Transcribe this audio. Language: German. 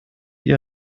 ihr